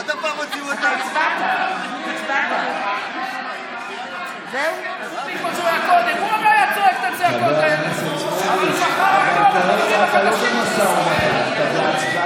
לפיכך אני קובע כי סעיף 2 עבר כנוסח הוועדה.